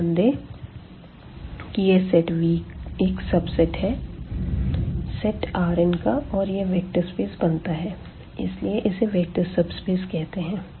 ध्यान दें कि यह सेट V एक सबसेट है सेट Rn का और यह वेक्टर स्पेस बनता है इसलिए इसे वेक्टर सबस्पेस कहते है